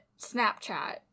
Snapchat